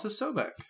Sobek